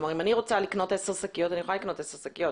כלומר אם אני רוצה לקנות 10 שקיות אני יכולה לקנות 10 שקיות,